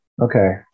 okay